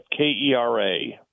KERA